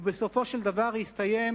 ובסופו של דבר הסתיים